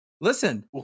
Listen